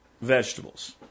vegetables